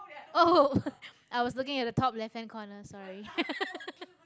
oh i was looking at the top left-hand corner sorry